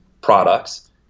products